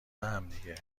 همدیگه